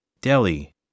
Delhi